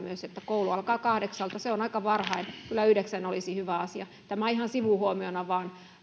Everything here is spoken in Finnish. kun koulu alkaa kahdeksalta se on aika varhain kyllä yhdeksän olisi hyvä asia tämä ihan sivuhuomiona vain